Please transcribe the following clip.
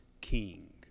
king